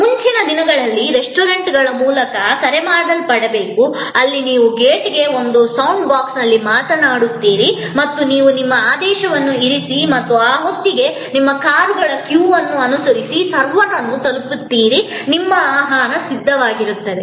ಮುಂಚಿನ ದಿನಗಳಲ್ಲಿ ರೆಸ್ಟೋರೆಂಟ್ಗಳ ಮೂಲಕ ಕರೆಯಲ್ಪಡಬೇಕು ಅಲ್ಲಿ ನೀವು ಗೇಟ್ಗೆ ಬಂದು ಸೌಂಡ್ ಬಾಕ್ಸ್ನಲ್ಲಿ ಮಾತನಾಡುತ್ತೀರಿ ಮತ್ತು ನೀವು ನಿಮ್ಮ ಆದೇಶವನ್ನು ಇರಿಸಿ ಮತ್ತು ಆ ಹೊತ್ತಿಗೆ ನೀವು ಕಾರುಗಳ ಕ್ಯೂ ಅನ್ನು ಅನುಸರಿಸಿ ಸರ್ವರ್ ಅನ್ನು ತಲುಪುತ್ತೀರಿ ನಿಮ್ಮ ಆಹಾರ ಸಿದ್ಧವಾಗಿರುತ್ತದೆ